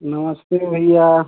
नमस्ते भैया